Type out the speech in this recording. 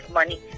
money